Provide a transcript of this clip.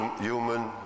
human